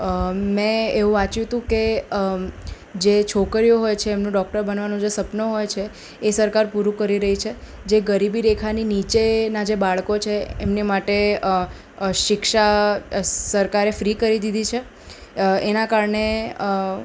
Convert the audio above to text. મેં એવું વાંચ્યુ હતું કે જે છોકરીઓ હોય છે એમનું ડોક્ટર બનવાનું છે સપનુ હોય છે એ સરકાર પૂરું કરી રહી છે જે ગરીબી રેખાની નીચેનાં જે બાળકો છે એમને માટે શિક્ષા સરકારે ફ્રી કરી દીધી છે એનાં કારણે